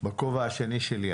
בכובע השני שלי,